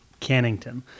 Cannington